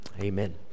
Amen